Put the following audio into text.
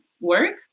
work